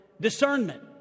discernment